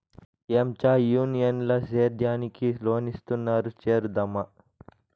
ఏంచా యూనియన్ ల సేద్యానికి లోన్ ఇస్తున్నారు చేరుదామా